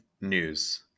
news